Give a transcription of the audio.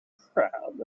crowd